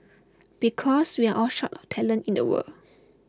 because we are all short of talent in the world